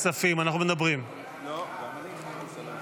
אנחנו מדברים על החלטת ועדת הכספים,